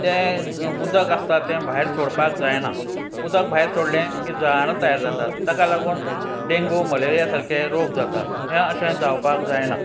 तें उदक आसता तें भायर सोडपाक जायना उदक भायर सोडलें की जळारां तयार जातात ताका लागून डेंगू मलेरिया सारके रोग जातात हे अशें जावपाक जायना